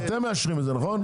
מאשרים את זה, נכון?